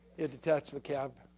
it detects the cab.